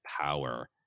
power